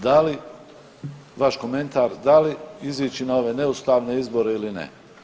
Da li vaš komentar, da li izići na ove neustavne izbore ili ne?